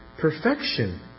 Perfection